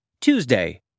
Tuesday